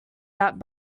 that